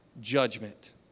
judgment